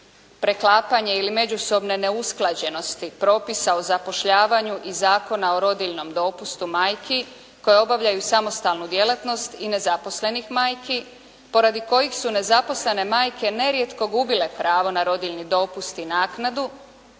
preklapanje ili međusobne neusklađenosti propisa o zapošljavanju i Zakona o rodiljnom dopustu majki koje obavljaju samostalnu djelatnost i nezaposlenih majki poradi kojih su nezaposlene majke nerijetko gubile pravo na rodiljni dopust i naknadu,